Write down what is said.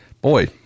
boy